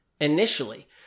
initially